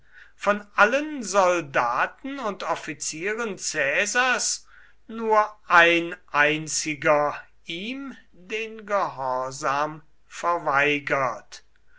von allen soldaten und offizieren caesars nur ein einziger ihm den gehorsam verweigert